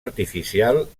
artificial